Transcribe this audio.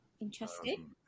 Interesting